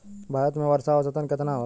भारत में वर्षा औसतन केतना होला?